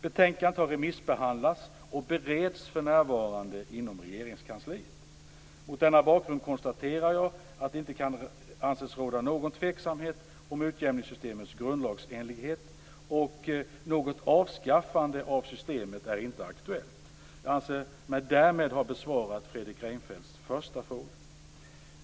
Betänkandet har remissbehandlats och bereds för närvarande inom Regeringskansliet. Mot denna bakgrund konstaterar jag att det inte kan anses råda något tvivel om utjämningssystemets grundlagsenlighet, och något avskaffande av systemet är inte aktuellt. Jag anser mig därmed ha besvarat Fredrik Reinfeldts första fråga.